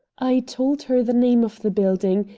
i told her the name of the building,